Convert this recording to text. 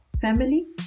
family